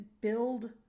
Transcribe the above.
build